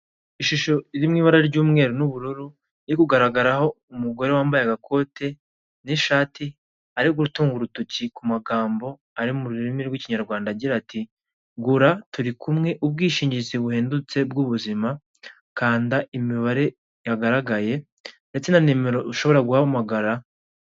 Ishusho iririmo ibara ry'umweru n'ubururu iri kugaragaraho umugore wambaye agakote n'ishati ari gutunga urutoki ku magambo ari mururimi rw'ikinyarwanda agira ati, gura turi kumwe ubwishingizi buhendutse bw'ubuzima kanda imibare yagaragaye ndetse na nimero ushobora guhamagara.